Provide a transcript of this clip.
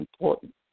important